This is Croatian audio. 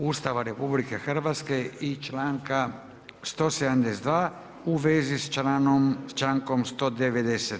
Ustava RH i članka 172. u vezi sa člankom 190.